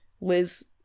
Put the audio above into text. Liz